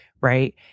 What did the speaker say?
Right